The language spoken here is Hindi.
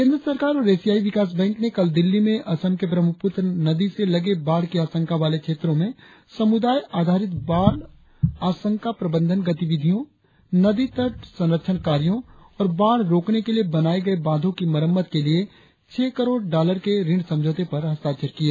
केंद्र सरकार और एशियाई विकास बैंक ने कल दिल्ली में असम के ब्रह्मपुत्र नदी से लगे बाढ़ की आशंका वाले क्षेत्रों में समुदाय आधारित बाढ़ आशंका प्रबंधन गतिविधियों नदी तट संरक्षण कार्यो और बाढ़ रोकने के लिए बनाए गए बांधों की मरम्मत के लिए छह करोड़ डॉलर के ऋण समझौते पर हस्ताक्षर किए